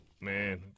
man